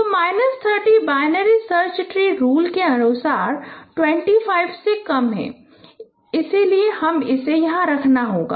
तो minus 30 binary search tree rule के अनुसार 25 से कम है इसलिए हमें इसे यहां रखना होगा